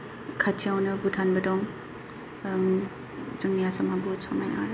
खाथियावनो भुटानबो दं जोंनि आसामा बहुद समायना